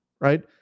right